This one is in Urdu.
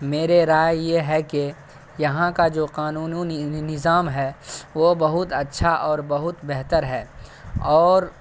میرے رائے یہ ہے کہ یہاں کا جو قانون نظام ہے وہ بہت اچھا اور بہت بہتر ہے اور